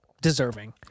deserving